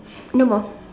no more